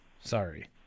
sorry